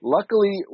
Luckily